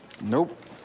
Nope